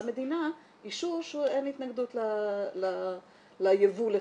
מדינה אישור שאין התנגדות לייבוא לתחומה.